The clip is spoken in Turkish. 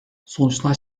sonuçlar